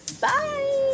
Bye